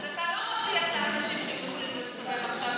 אז אתה לא מבטיח לאנשים שהם יכולים להסתובב עכשיו,